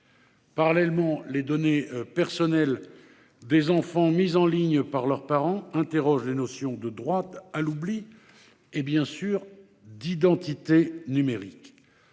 Parallèlement, les données personnelles des enfants mises en ligne par leurs parents interrogent les notions de droit à l'oubli et, bien sûr, d'identité numérique.